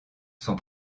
sont